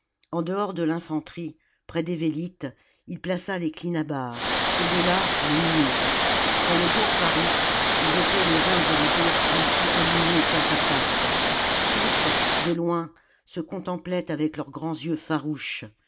en dehors de l'infanterie près des vélites il plaça les clinabares au delà les numides quand le jour parut ils étaient les uns et les autres ainsi alignés face à face tous de loin se contemplaient avec leurs grands yeux farouches